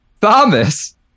Thomas